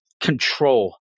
control